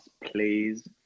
please